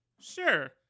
Sure